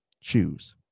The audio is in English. choose